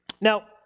Now